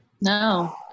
No